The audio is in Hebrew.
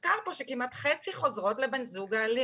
כבר הוזכר פה ושחצי מהנשים הללו חוזרות לבן הזוג האלים.